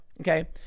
Okay